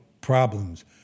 problems